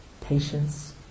Patience